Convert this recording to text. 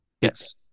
yes